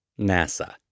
NASA